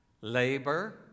labor